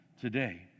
today